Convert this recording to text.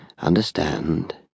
understand